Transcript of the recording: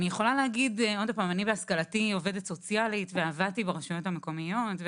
אני בהשכלתי עובדת סוציאלית ועבדתי ברשויות המקומיות.